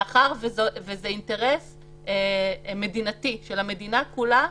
מאחר שזה אינטרס מדינתי, כלומר של המדינה כולה,